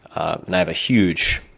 ah and i have a huge,